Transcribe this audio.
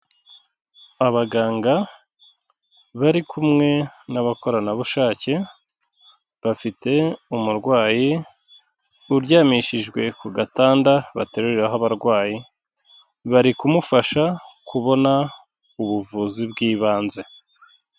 Abaganga bari kumwe n'abakoranabushake, bafite umurwayi uryamishijwe ku gatanda bateruriraho abarwayi, bari kumufasha kubona ubuvuzi bw'ibanze.